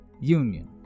Union